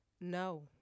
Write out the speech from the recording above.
no